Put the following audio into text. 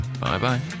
Bye-bye